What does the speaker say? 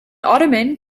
ottoman